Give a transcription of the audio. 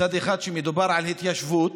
מצד אחד, כשמדובר על התיישבות,